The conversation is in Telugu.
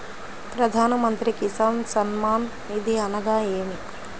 ప్రధాన మంత్రి కిసాన్ సన్మాన్ నిధి అనగా ఏమి?